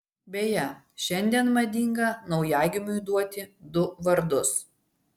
beje šiandien madinga naujagimiui duoti du vardus